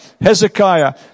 Hezekiah